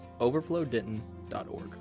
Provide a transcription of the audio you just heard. overflowdenton.org